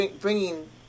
bringing